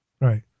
right